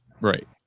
Right